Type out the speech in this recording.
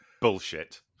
Bullshit